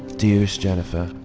dearest jennifer,